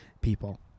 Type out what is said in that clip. people